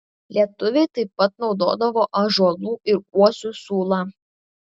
lietuviai taip pat naudodavo ąžuolų ir uosių sulą